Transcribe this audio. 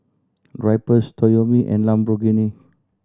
Drypers Toyomi and Lamborghini